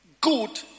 good